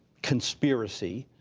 conspiracy,